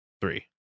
three